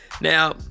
Now